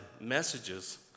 messages